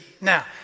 Now